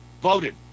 Voted